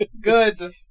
Good